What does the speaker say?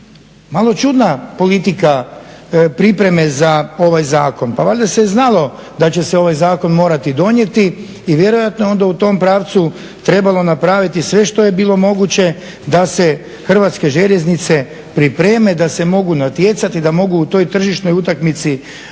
Malo čudna politika pripreme za ovaj zakon. Pa valjda se je znalo da će se ovaj zakon morati donijeti i vjerojatno je onda u tom pravcu trebalo napraviti sve što je bilo moguće da se Hrvatske željeznice pripreme da se mogu natjecati, na mogu u toj tržišnoj utakmici aktivno